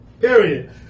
Period